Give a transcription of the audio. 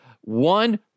one